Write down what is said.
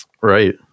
Right